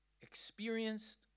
experienced